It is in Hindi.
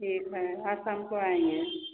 ठीक है आज शाम को आएँगे